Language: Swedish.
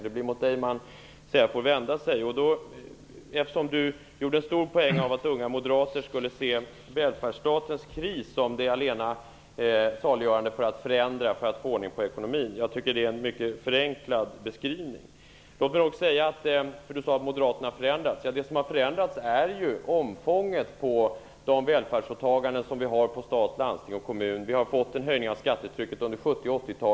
Därför får jag vända mig till Thomas Thomas Östros gjorde en poäng av att unga moderater skulle se välfärdsstatens kris som det allena saliggörande för att få ordning på ekonomin. Jag tycker att det är en mycket förenklad beskrivning. Thomas Östros sade att moderaterna har förändrats. Det som har förändrats är omfånget av de välfärdsåtaganden som staten, landstingen och kommunerna har. Skattetrycket höjdes under 70-talet och 80-talet.